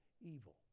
evil